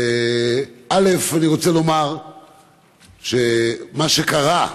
אני רוצה לומר שמה שקרה,